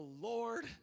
Lord